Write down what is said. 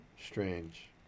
strange